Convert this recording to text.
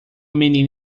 menina